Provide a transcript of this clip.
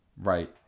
Right